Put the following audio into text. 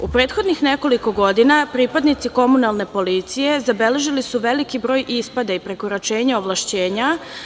U prethodnih nekoliko godina pripadnici komunalne policije zabeležili su veliki broj ispada i prekoračenja ovlašćenja.